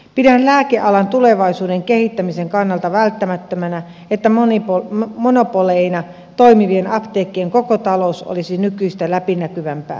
pidän lääkealan tulevaisuuden kehittämisen kannalta välttämättömänä että monopoleina toimivien apteekkien koko talous olisi nykyistä läpinäkyvämpää